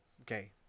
Okay